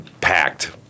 packed